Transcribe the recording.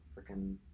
freaking